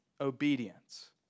obedience